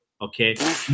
okay